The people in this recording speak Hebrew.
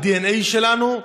בדנ"א שלנו,